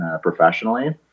professionally